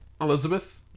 Elizabeth